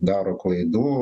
daro klaidų